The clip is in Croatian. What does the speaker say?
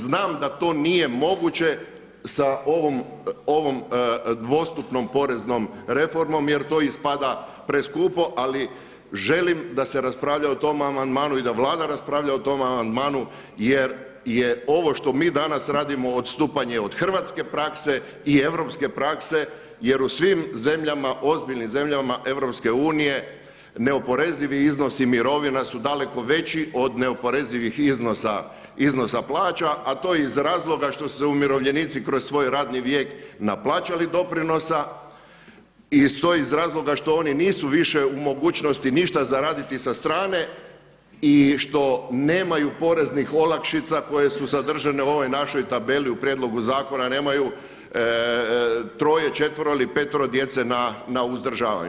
Znam da to nije moguće sa ovom dvostupnom poreznom reformom jer to ispada preskupo, ali želim da se raspravlja o tom amandmanu i da Vlada raspravlja o tom amandmanu jer je ovo što mi danas radimo odstupanje od hrvatske prakse i europske prakse jer u svim zemljama, ozbiljnim zemljama EU neoporezivi iznosi mirovina su daleko veći od neoporezivih iznosa plaća a to iz razloga što se umirovljenici kroz svoj radni vijek naplaćali doprinosa i to iz razloga što oni nisu više u mogućnosti ništa zaraditi sa strane i što nemaju poreznih olakšica koje su zadržane u ovoj našoj tabeli u prijedlogu zakona nemaju troje, četvero ili petero djece na uzdržavanju.